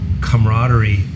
camaraderie